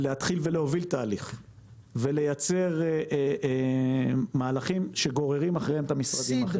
להתחיל ולהוביל תהליך ולייצר מהלכים שגוררים אחריהם את המשרדים האחרים.